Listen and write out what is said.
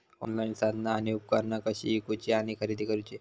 Online साधना आणि उपकरणा कशी ईकूची आणि खरेदी करुची?